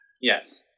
Yes